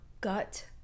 gut